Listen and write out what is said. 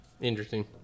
Interesting